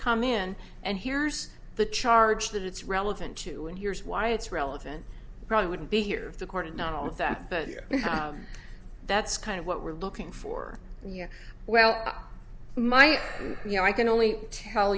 come in and here's the charge that it's relevant to and here's why it's relevant probably wouldn't be here the court and not all of that but that's kind of what we're looking for here well might you know i can only tell